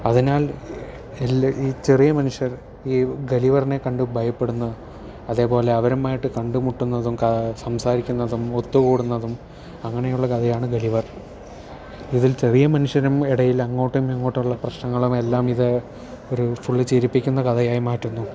അതിനാൽ എല്ലാ ഈ ചെറിയ മനുഷ്യർ ഈ ഗലിവറിനെ കണ്ടു ഭയപ്പെടുന്നു അതേപോലെ അവരുമായിട്ട് കണ്ടുമുട്ടുന്നതും സംസാരിക്കുന്നതും ഒത്തുക്കൂടുന്നതും അങ്ങനെയുള്ള കഥയാണ് ഗലിവർ ഇതിൽ ചെറിയ മനുഷ്യരും ഇടയിൽ അങ്ങോട്ടും ഇങ്ങോട്ടുമുള്ള പ്രശ്നങ്ങളും എല്ലാം ഇത് ഒരു ഫുള്ള് ചിരിപ്പിക്കുന്ന കഥയായി മാറ്റുന്നു